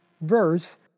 verse